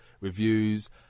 reviews